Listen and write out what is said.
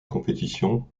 compétition